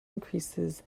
increases